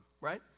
right